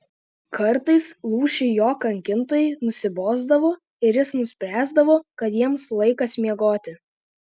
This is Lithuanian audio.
kartais lūšiui jo kankintojai nusibosdavo ir jis nuspręsdavo kad jiems laikas miegoti